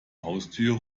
haustiere